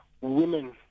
women